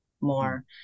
more